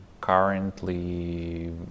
currently